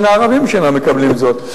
ובין הערבים שאינם מקבלים זאת.